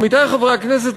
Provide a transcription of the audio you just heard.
עמיתי חברי הכנסת,